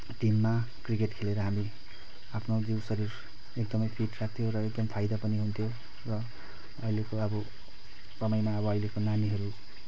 टिममा क्रिकेट खेलेर हामी आफ्नो जिउ शरीर एकदमै फिट राख्थ्यौँ र एकदम फाइदा पनि हुन्थ्यो र अहिलेको अब समयमा अब अहिलेको नानीहरू